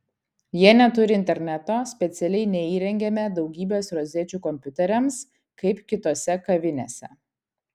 jie neturi interneto specialiai neįrengėme daugybės rozečių kompiuteriams kaip kitose kavinėse